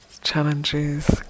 challenges